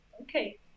okay